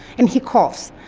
and he coughs.